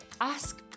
ask